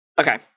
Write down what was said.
Okay